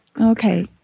Okay